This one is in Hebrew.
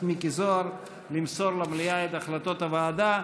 מיקי זוהר למסור למליאה את החלטות הוועדה.